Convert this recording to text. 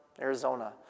Arizona